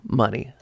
money